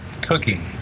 cooking